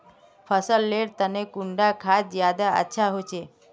फसल लेर तने कुंडा खाद ज्यादा अच्छा होचे?